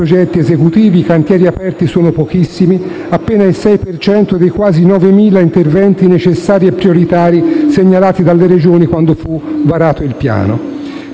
esecutivi, i cantieri aperti sono pochissimi, appena il 6 per cento dei quasi 9.000 interventi necessari e prioritari segnalati dalle Regioni quando fu varato il piano.